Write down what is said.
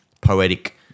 poetic